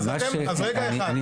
אז רגע אחד,